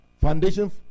Foundation